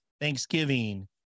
Thanksgiving